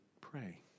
pray